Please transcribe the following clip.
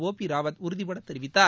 ஓ P Rawat உறுதிபட தெரிவித்தார்